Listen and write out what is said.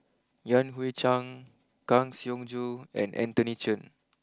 Yan Hui Chang Kang Siong Joo and Anthony Chen